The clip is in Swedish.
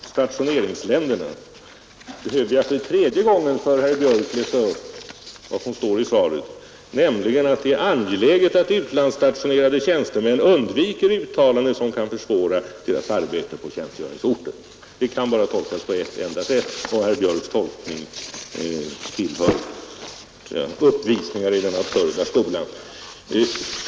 Herr talman! Jag är ledsen att jag måste återkomma till detta med stationeringsländerna. Behöver jag för tredje gången för herr Björck läsa upp vad som står i svaret? Där står nämligen att det är ”angeläget att utlandsstationerade tjänstemän undviker uttalanden som kan försvåra deras arbete på tjänstgöringsorten”. Det kan bara tolkas på ett sätt. Herr Björcks tolkning tillhör uppvisningar i den absurda skolan.